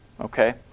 okay